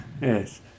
Yes